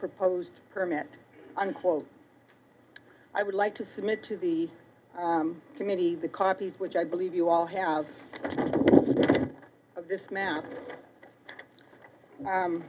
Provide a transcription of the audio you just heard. proposed permit unquote i would like to submit to the committee the copies which i believe you all have of this ma